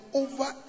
over